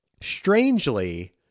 strangely